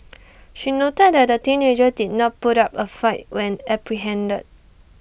she noted that the teenager did not put up A fight when apprehended